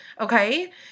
Okay